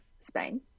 Spain